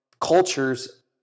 cultures